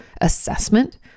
assessment